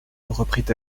reprit